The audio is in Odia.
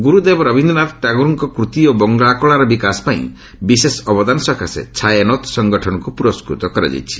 ଗୁରୁଦେବ ରବୀନ୍ଦ୍ରନାଥ ଠାକୁରଙ୍କର କୂତି ଓ ବଙ୍ଗଳା କଳାର ବିକାଶ ପାଇଁ ବିଶେଷ ଅବଦାନ ସକାଶେ 'ଛାୟାନୌତ୍' ସଂଗଠନକୁ ପୁରସ୍କୃତ କରାଯାଇଛି